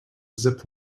zip